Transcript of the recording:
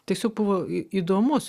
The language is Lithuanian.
tiesiog buvo įdomus